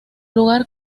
lugar